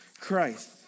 Christ